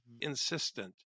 insistent